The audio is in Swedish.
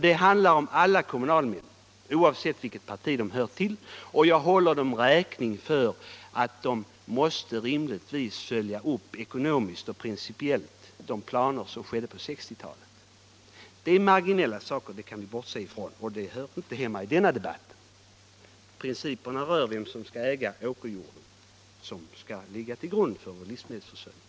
Detta gäller alla kommunalmän, oavsett parti, och jag håller dem räkning för att de rimligtvis ekonomiskt och principiellt måste följa upp de planer som drogs upp på 1960-talet. Man kan dock inte bortse från att detta är marginella företeelser, som inte hör hemma i denna debatt. Den gäller principen vem som skall äga den åkerjord som skall ligga till grund för vår livsmedelsförsörjning.